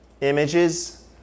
images